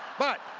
but